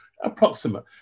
approximate